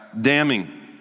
damning